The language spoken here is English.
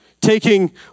Taking